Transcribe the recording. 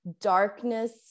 darkness